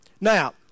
Now